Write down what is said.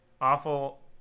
awful